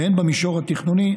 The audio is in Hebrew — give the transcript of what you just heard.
והן במישור התכנוני,